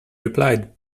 replied